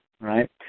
right